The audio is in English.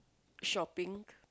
shopping